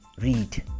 Read